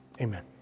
Amen